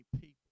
people